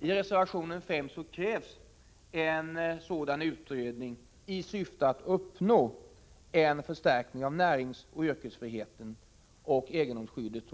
I reservation 5 krävs en utredning i syfte att uppnå en förstärkning av näringsoch yrkesfriheten och egendomsskyddet.